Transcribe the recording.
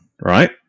right